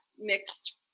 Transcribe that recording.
mixed